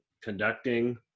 conducting